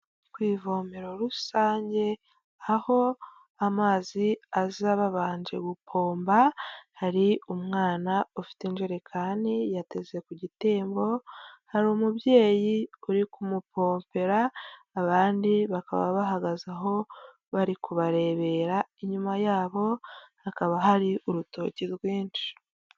Ku ivomero rusange aho amazi aza babanje guhomba hari umwana ufite injerekani yateze ku gitembo hari umubyeyi uri kumupompera abandi bakaba bahagaze aho bari kubarebera inyuma yabo hakaba hari urutoke rwinshi.